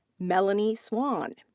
melanie swan.